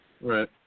Right